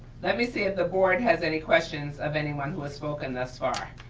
let me see if the board has any questions of anyone who has spoken this far.